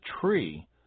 tree